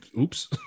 oops